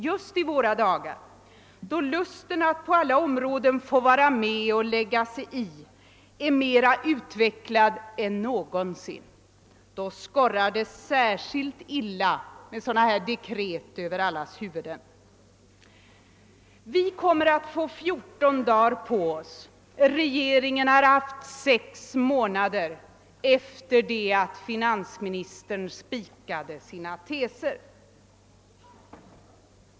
Just i våra dagar, då lusten att på alla områden få vara med och lägga sig i är mer utvecklad än någonsin, skorrar sådana dekret över allas huvuden särskilt illa. Vi kommer att få fjorton dagar på oss. Regeringen har haft sex månader på sig sedan regeringen spikade sina teser.